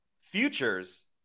futures